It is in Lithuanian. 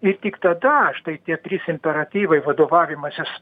ir tik tada štai tie trys imperatyvai vadovavimasis